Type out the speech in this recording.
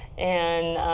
and